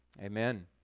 Amen